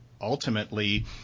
ultimately